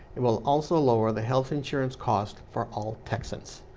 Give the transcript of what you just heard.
it will also lower the health insurance costs for all texans.